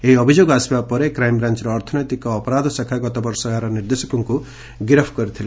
ଏହି ଅଭିଯୋଗ ଆସିବା ପରେ କ୍ରାଇମବ୍ରାଞ ଅର୍ଥନୈତିକ ଅପରାଧ ଶାଖା ଗତବର୍ଷ ଏହାର ନିର୍ଦ୍ଦେଶକଙ୍କୁ ଗିରଫ କରିଥିଲେ